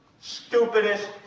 stupidest